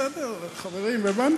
בסדר, חברים, הבנתי.